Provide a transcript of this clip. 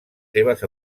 seves